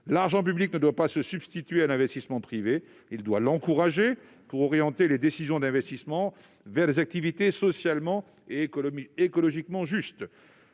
L'argent public doit non pas se substituer à l'investissement privé, mais l'encourager pour orienter les décisions d'investissement vers des activités socialement et écologiquement justes.